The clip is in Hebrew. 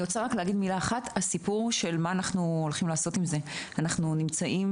אנחנו נמצאים